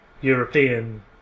European